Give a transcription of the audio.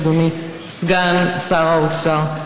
אדוני סגן שר האוצר.